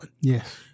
Yes